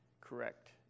correct